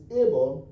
able